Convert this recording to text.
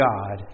God